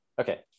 Okay